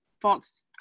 false